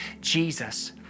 Jesus